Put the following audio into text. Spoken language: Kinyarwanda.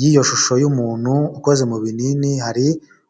y'iyo shusho y'umuntu ukoze mu binini hari